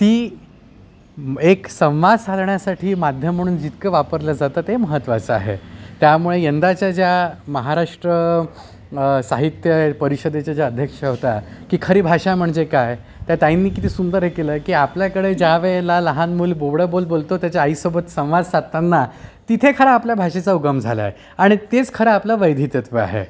ती एक संवाद साधण्यासाठी माध्यम म्हणून जितकं वापरलं जातं ते महत्त्वाचं आहे त्यामुळे यंदाच्या ज्या महाराष्ट्र साहित्य परिषदेचे ज्या अध्यक्षा होत्या की खरी भाषा म्हणजे काय त्या ताईंनी किती सुंदर हे केलं की आपल्याकडे ज्या वेळेला लहान मूल बोबडं बोल बोलतो त्याच्या आईसोबत संवाद साधताना तिथे खरा आपल्या भाषेचा उगम झाला आहे आणि तेच खरं आपलं वैधितत्व आहे